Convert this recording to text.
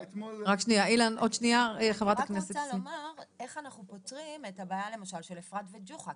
אני רק רוצה לומר איך אנחנו פותרים את הבעיה למשל של אפרת וג'וחא,